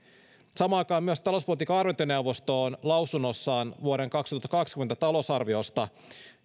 samaan aikaan myös talouspolitiikan arviointineuvosto on lausunnossaan vuoden kaksituhattakaksikymmentä talousarviosta